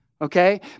okay